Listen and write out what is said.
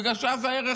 בגלל שאז הערך